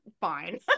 fine